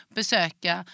besöka